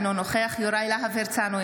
אינו נוכח יוראי להב הרצנו,